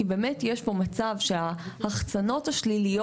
כי באמת יש פה מצב שההחצנות השליליות